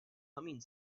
humming